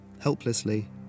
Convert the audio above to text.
Helplessly